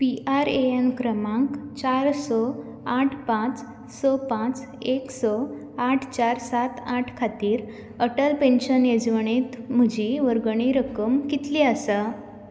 P R A N क्रमांक चार स आठ पांच स पांच एक स आठ चार सात आठ खातीर अटल पेन्शन येवजणेंत म्हजी वर्गणी रक्कम कितली आसा